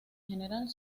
general